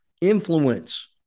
influence